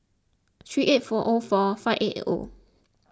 three eight four O four five eight eight O